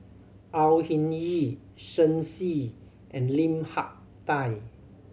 Au Hing Yee Shen Xi and Lim Hak Tai